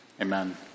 amen